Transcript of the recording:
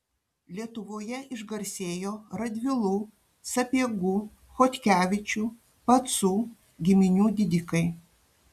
lietuvoje išgarsėjo radvilų sapiegų chodkevičių pacų giminių didikai